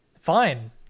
Fine